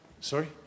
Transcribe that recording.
sorry